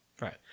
Right